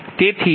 તેથી j 0